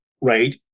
Right